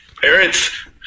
Parents